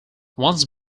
once